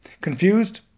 Confused